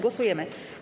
Głosujemy.